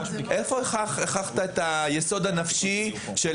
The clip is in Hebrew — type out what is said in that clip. איפה הוכחת את היסוד הנפשי של